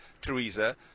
Theresa